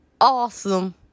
awesome